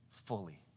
fully